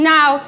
Now